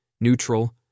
Neutral